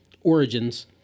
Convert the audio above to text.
origins